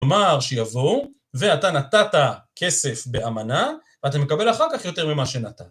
אמר שיבוא, ואתה נתת כסף באמנה, ואתה מקבל אחר כך יותר ממה שנתן.